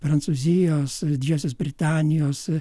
prancūzijos didžiosios britanijos